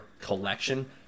collection